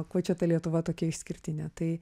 kuo čia ta lietuva tokia išskirtinė tai